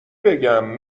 بگم